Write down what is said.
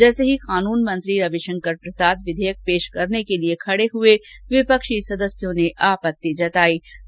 जैसे ही कानून मंत्री रविशंकर प्रसाद विधेयक पेश करने के लिए खड़े हुए विपक्षी सदस्यों ने आपत्ति जताईे